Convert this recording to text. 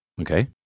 Okay